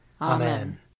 Amen